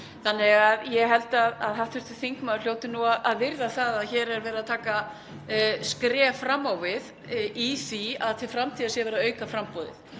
þannig að ég held að hv. þingmaður hljóti nú að virða það að hér er verið að taka skref fram á við í því að til framtíðar er í fyrsta lagi verið að auka framboðið.